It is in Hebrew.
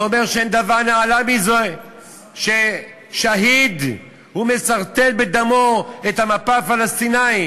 ואומר שאין דבר נעלה מזה ששהיד מסרטט בדמו את המפה הפלסטינית.